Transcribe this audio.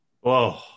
whoa